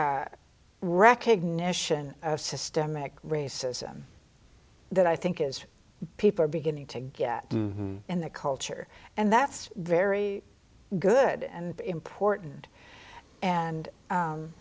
a recognition of systemic racism that i think is people are beginning to get in that culture and that's very good and important and